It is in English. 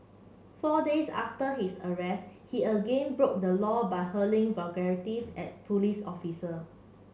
four days after his arrest he again broke the law by hurling vulgarities at police officer